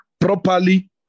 properly